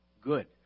good